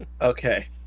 Okay